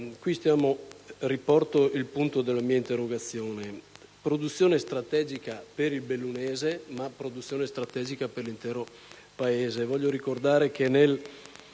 Riporto il punto della mia interrogazione: produzione strategica per il bellunese, ma produzione strategica anche per l'intero Paese.